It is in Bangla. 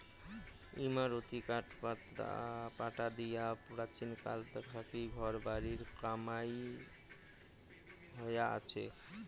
ইমারতী কাঠপাটা দিয়া প্রাচীনকাল থাকি ঘর বাড়ির কামাই হয়া আচে